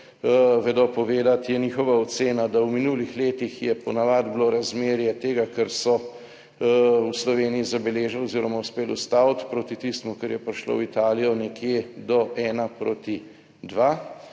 vedo povedati, je njihova ocena, da v minulih letih je po navadi bilo razmerje tega, kar so v Sloveniji zabeležili oziroma uspeli ustaviti, proti tistemu, kar je prišlo v Italijo, nekje do 1:2, potem